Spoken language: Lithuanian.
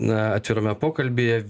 na atvirame pokalbyje